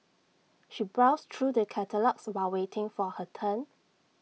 she browsed through the catalogues while waiting for her turn